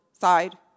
side